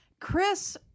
Chris